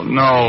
no